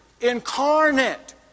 incarnate